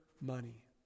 money